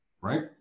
Right